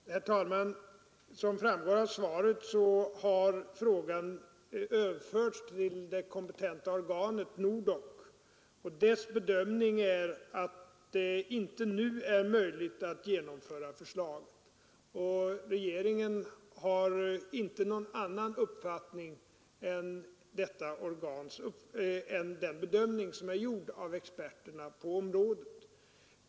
Herr talman! Som framgår av svaret har frågan överförts till det kompetenta organet, NORDDOK. Dess bedömning är att det inte nu är möjligt att genomföra förslaget. Regeringen har inte någon annan uppfattning än den bedömning som är gjord av experterna på området.